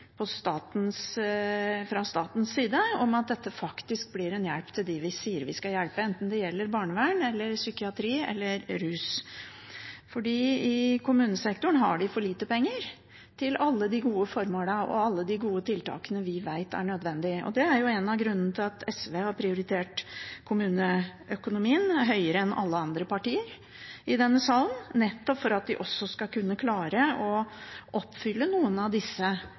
fra statens side om at dette faktisk blir en hjelp til dem vi sier vi skal hjelpe, enten det gjelder barnevern, psykiatri eller rus. I kommunesektoren har de for lite penger til alle de gode formålene og alle de gode tiltakene vi vet er nødvendig. Det er en av grunnene til at SV har prioritert kommuneøkonomien høyere enn alle andre partier i denne salen, nettopp for at de skal kunne klare å dekke noen av disse